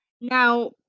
Now